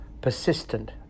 persistent